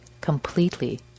completely